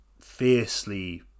fiercely